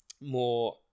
more